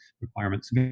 requirements